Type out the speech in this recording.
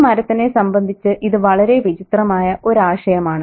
ഈ മരത്തിനെ സംബന്ധിച്ച് ഇത് വളരെ വിചിത്രമായ ഒരു ആശയമാണ്